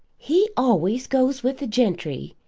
he always goes with the gentry.